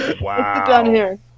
Wow